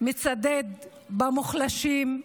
מצדד במוחלשים,